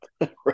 Right